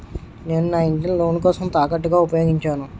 నేను నా ఇంటిని లోన్ కోసం తాకట్టుగా ఉపయోగించాను